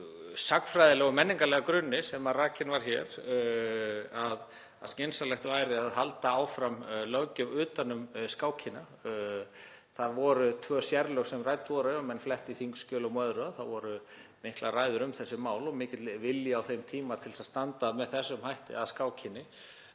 sagnfræðilega og menningarlega grunni sem rakinn var hér, að skynsamlegt væri að halda áfram löggjöf utan um skákina. Það voru tvenn sérlög sem rætt var um, ef menn fletta í þingskjölum og öðru þá voru miklar ræður um þessi mál og mikill vilji á þeim tíma til þess að standa með þessum hætti að skákinni